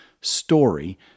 story